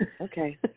Okay